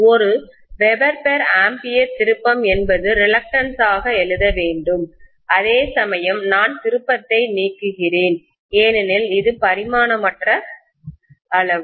ஒரு வெபர்ஆம்பியர் திருப்பம் என்பது ரிலக்டன்ஸ் ஆக எழுத வேண்டும் அதேசமயம் நான் திருப்பத்தை நீக்குகிறேன் ஏனெனில் இது பரிமாணமற்ற அளவு